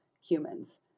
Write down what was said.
humans